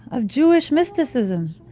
of jewish mysticism.